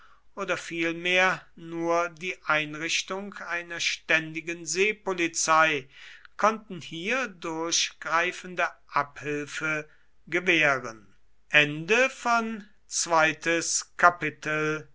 oder vielmehr nur die einrichtung einer ständigen seepolizei konnten hier durchgreifende abhilfe gewähren